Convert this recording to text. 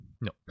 no